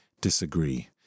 disagree